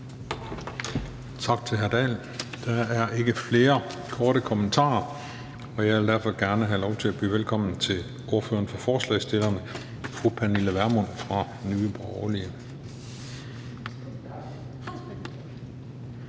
Tak til hr. Henrik Dahl. Der er ikke flere korte kommentarer. Jeg vil derfor gerne have lov til at byde velkommen til ordføreren for forslagsstillerne, fru Pernille Vermund fra Nye Borgerlige.